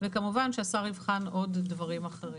וכמובן שהשר יבחן עוד דברים אחרים.